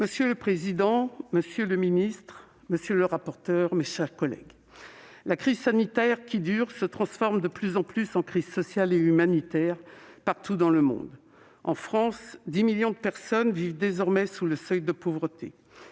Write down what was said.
Monsieur le président, monsieur le ministre, mes chers collègues, la crise sanitaire qui dure se transforme de plus en plus en crise sociale et humanitaire, partout dans le monde. En France, 10 millions de personnes vivent désormais sous le seuil de pauvreté.